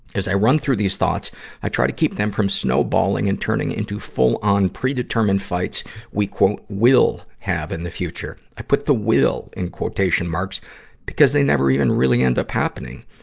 as i run through these thoughts i try to keep them from snowballing and turning into full-on, predetermined fights we will have in the future. i put the will in quotation marks because they never even really end up happening.